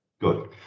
good